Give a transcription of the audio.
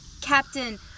Captain